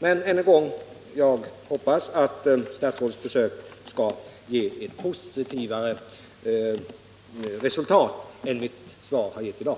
Än en gång: Jag hoppas att statsrådets besök skall ge ett positivare resultat än det min fråga har givit i dag.